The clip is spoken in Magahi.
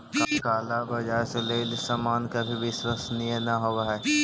काला बाजार से लेइल सामान कभी विश्वसनीय न होवअ हई